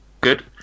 Good